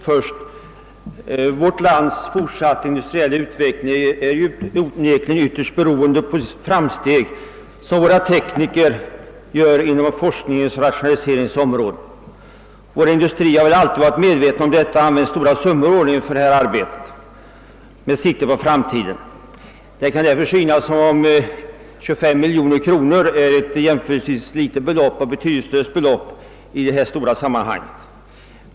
Först och främst bör det framhållas att vårt lands fortsatta industriella utveckling är ytterst beroende av de framsteg som våra tekniker kan göra inom forskningens och rationaliseringens områden. Våra industrier har väl alltid varit medvetna om detta och använt stora summor årligen för arbete med sikte på framtiden. Det kan därför synas som om 25 miljoner kronor är ett jämförelsevis betydelselöst belopp i det stora sammanhanget.